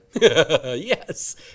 yes